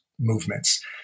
movements